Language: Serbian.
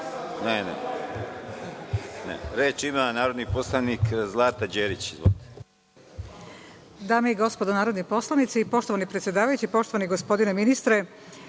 stranku. Reč ima narodni poslanik Zlata Đerić.